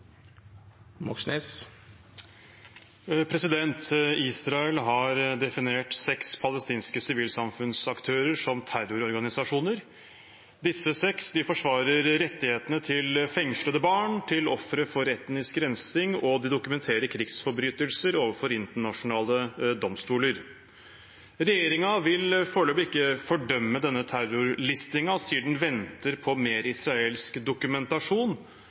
definert seks palestinske sivilsamfunnsaktører som terrororganisasjoner. Disse seks forsvarer rettighetene til fengslede barn, rettighetene til ofre for etnisk rensing, og de dokumenterer krigsforbrytelser overfor internasjonale domstoler. Regjeringen vil foreløpig ikke fordømme denne terrorlistingen og sier den venter på mer israelsk dokumentasjon,